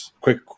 quick